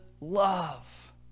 love